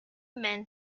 men